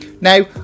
Now